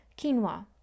quinoa